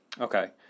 Okay